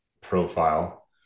profile